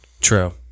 True